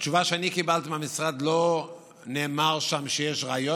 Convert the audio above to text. בתשובה שאני קיבלתי מהמשרד לא נאמר שיש ריאיון.